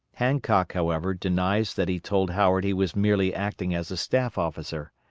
hancock, however, denies that he told howard he was merely acting as a staff officer.